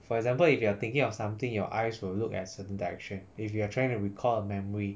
for example if you are thinking of something your eyes will look at certain direction if you are trying to recall a memory